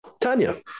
Tanya